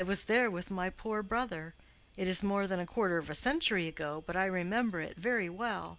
i was there with my poor brother it is more than a quarter of a century ago, but i remember it very well.